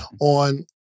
on